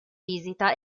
visita